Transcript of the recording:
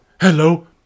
Hello